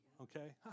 Okay